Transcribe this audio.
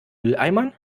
mülleimern